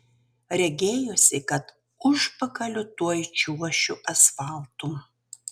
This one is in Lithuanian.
regėjosi kad užpakaliu tuoj čiuošiu asfaltu